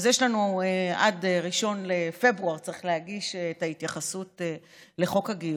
אז עד 1 בפברואר צריך להגיש את ההתייחסות לחוק הגיוס,